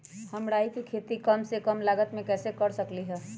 हम राई के खेती कम से कम लागत में कैसे कर सकली ह?